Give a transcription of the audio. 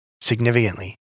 significantly